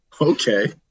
okay